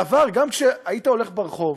בעבר, גם כשהיית הולך ברחוב,